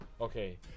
okay